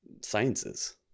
sciences